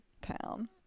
town